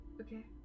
Okay